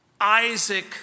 Isaac